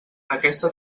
aquesta